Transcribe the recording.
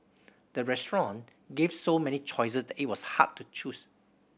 the restaurant gave so many choices that it was hard to choose